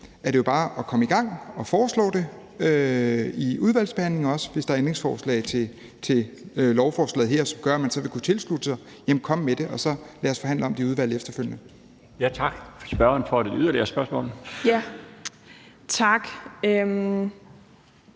er det jo bare at komme i gang og foreslå det i udvalgsbehandlingen. Og hvis der er ændringsforslag til lovforslaget her, som vil gøre, at man vil kunne tilslutte sig, så kom med det. Lad os forhandle om det i udvalget efterfølgende. Kl. 13:59 Den fg. formand (Bjarne Laustsen): Tak.